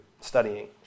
studying